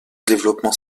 développement